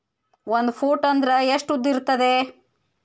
ಒಂದು ಫೂಟ್ ಅಂದ್ರೆ ಎಷ್ಟು ಉದ್ದ ಇರುತ್ತದ?